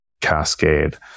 cascade